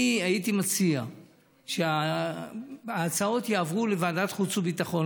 אני הייתי מציע שההצעות יעברו לוועדת חוץ וביטחון,